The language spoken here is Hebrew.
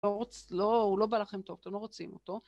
הוא לא בא לכם טוב, אתם לא רוצים אותו.